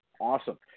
Awesome